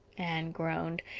anne groaned.